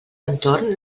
entorn